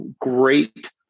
great